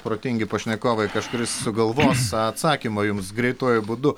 protingi pašnekovai kažkuris sugalvos atsakymą jums greituoju būdu